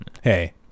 hey